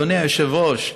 אדוני היושב-ראש,